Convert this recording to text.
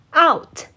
out